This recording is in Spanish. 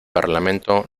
parlamento